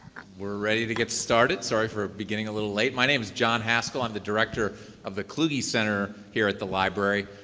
we're ready to get started. sorry for beginning a little late. my name is john haskell. i'm the director of the kluge center here at the library.